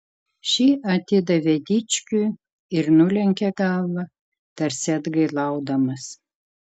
šį atidavė dičkiui ir nulenkė galvą tarsi atgailaudamas